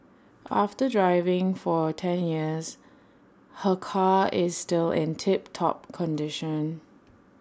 after driving for ten years her car is still in tip top condition